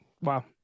Wow